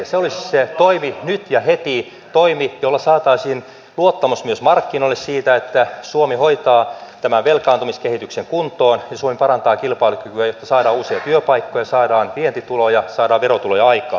se olisi se toimi nyt ja heti toimi jolla saataisiin luottamus myös markkinoille siitä että suomi hoitaa tämän velkaantumiskehityksen kuntoon ja parantaa kilpailukykyä jotta saadaan uusia työpaikkoja saadaan vientituloja saadaan verotuloja aikaan